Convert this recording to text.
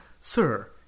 sir